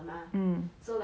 hmm